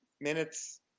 minutes